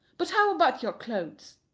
but how about your clothes?